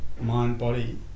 mind-body